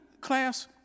class